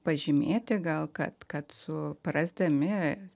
pažymėti gal kad kad suprasdami